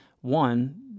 one